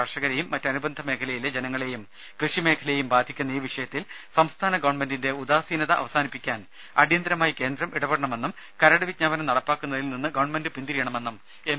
കർഷകരെയും മറ്റ് അനുബന്ധ മേഖലയിലെ ജനങ്ങളെയും കൃഷി മേഖലയെയും ബാധിക്കുന്ന ഈ വിഷയത്തിൽ സംസ്ഥാന ഗവൺമെന്റിന്റെ ഉദാസീനത അവസാനിപ്പിക്കാൻ അടിയന്തരമായി കേന്ദ്രം ഇടപെടണമെന്നും കരട് വിജ്ഞാപനം നടപ്പാക്കുന്നതിൽ നിന്ന് ഗവൺമെന്റ് പിന്തിരിയണമെന്നും എം